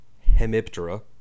Hemiptera